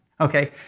Okay